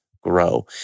grow